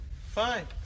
Fine